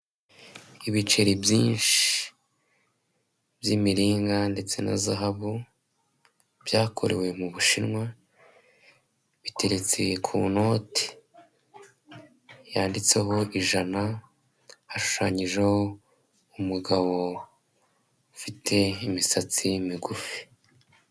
Ibiceri byinshi by'imiringa ndetse na zahabu byakorewe mu bushinwa biteretse ku note yanditseho ijana hashushanyijeho umugabo ufite imisatsi migufi.